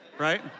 right